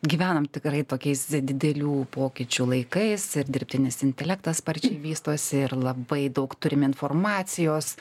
gyvenam tikrai tokiais didelių pokyčių laikais ir dirbtinis intelektas sparčiai vystosi ir labai daug turime informacijos